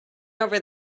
over